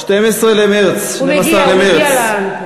12 במרס, הוא מגיע לנקודה.